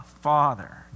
Father